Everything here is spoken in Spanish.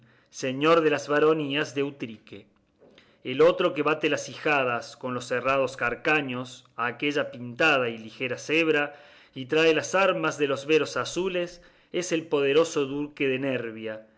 señor de las baronías de utrique el otro que bate las ijadas con los herrados carcaños a aquella pintada y ligera cebra y trae las armas de los veros azules es el poderoso duque de nerbia